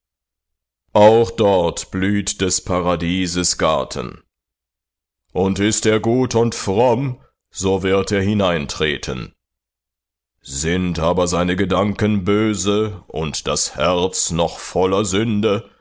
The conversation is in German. auch dort blüht des paradieses garten und ist er gut und fromm so wird er hineintreten sind aber seine gedanken böse und das herz noch voller sünde